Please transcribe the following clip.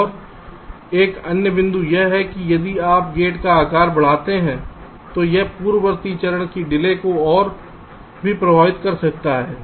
और एक अन्य बिंदु यह है कि यदि आप गेट का आकार बढ़ाते हैं तो यह पूर्ववर्ती चरण की डिले को भी प्रभावित कर सकता है